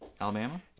Alabama